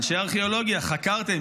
חקרתם.